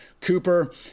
Cooper